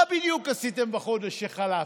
מה בדיוק עשיתם בחודש שחלף?